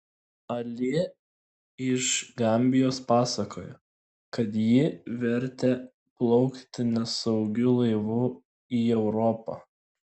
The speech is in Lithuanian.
ali iš gambijos pasakojo kad jį vertė plaukti nesaugiu laivu į europą